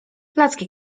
placki